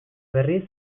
berriz